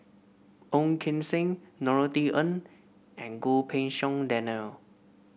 Ong Keng Sen Norothy Ng and Goh Pei Siong Daniel